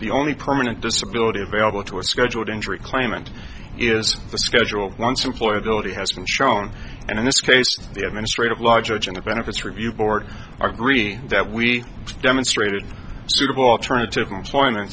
the only permanent disability available to a scheduled injury claimant is the schedule once employer ability has been shown and in this case the administrative law judge in the benefits review board are green that we demonstrated suitable alternative employment